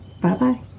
Bye-bye